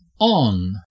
on